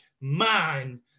man